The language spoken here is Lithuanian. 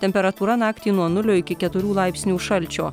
temperatūra naktį nuo nulio iki keturių laipsnių šalčio